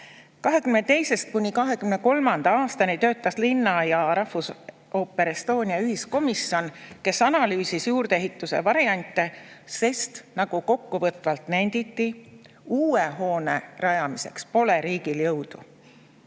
2022.–2023. aastani töötas linna ja Rahvusooper Estonia ühiskomisjon, kes analüüsis juurdeehituse variante, sest, nagu kokkuvõtvalt nenditi, uue hoone rajamiseks pole riigil jõudu.